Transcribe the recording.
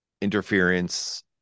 interference